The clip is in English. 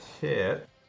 hit